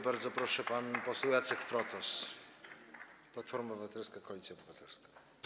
Bardzo proszę, pan poseł Jacek Protas, Platforma Obywatelska - Koalicja Obywatelska.